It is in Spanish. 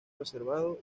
reservado